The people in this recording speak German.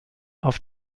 auf